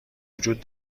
وجود